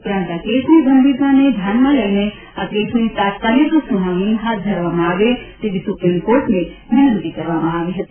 ઉપરાંત આ કેસની ગંભીરતાને ધ્યાનમાં લઈને આ કેસની તાત્કાલિક સુનાવણી હાથ ધરવામાં આવે તેવી સુપ્રિમ કોર્ટને વિનંતી કરવામાં આવી હતી